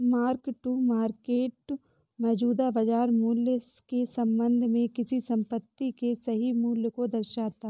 mark to market मौजूदा बाजार मूल्य के संबंध में किसी संपत्ति के सही मूल्य को दर्शाता है